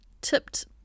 tipped